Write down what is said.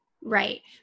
Right